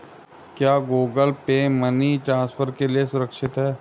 क्या Google Pay money transfer के लिए सुरक्षित है?